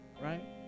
right